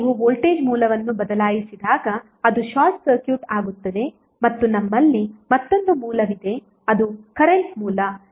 ಈಗ ನೀವು ವೋಲ್ಟೇಜ್ ಮೂಲವನ್ನು ಬದಲಾಯಿಸಿದಾಗ ಅದು ಶಾರ್ಟ್ ಸರ್ಕ್ಯೂಟ್ ಆಗುತ್ತದೆ ಮತ್ತು ನಮ್ಮಲ್ಲಿ ಮತ್ತೊಂದು ಮೂಲವಿದೆ ಅದು ಕರೆಂಟ್ ಮೂಲ 2 A ಕರೆಂಟ್ ಮೂಲವಾಗಿದೆ